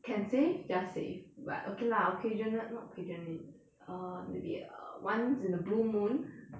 can save just save but okay lah occasional not occasionally err maybe err once in a blue moon